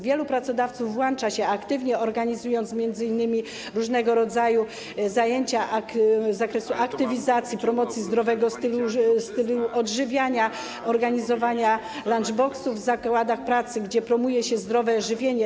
Wielu pracodawców włącza się aktywnie, organizując m.in. różnego rodzaju zajęcia z zakresu aktywizacji, promocji zdrowego stylu odżywiania, organizowania lunchboxów w zakładach pracy, gdzie promuje się zdrowe żywienie.